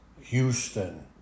Houston